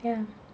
ya